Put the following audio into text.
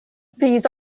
these